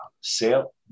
sale